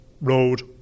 road